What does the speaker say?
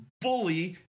bully